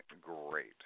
great